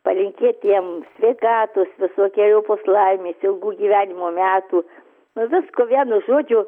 palinkėti jam sveikatos visokeriopos laimės ilgų gyvenimo metų visko vienu žodžiu